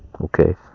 Okay